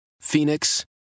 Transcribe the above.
Phoenix